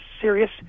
serious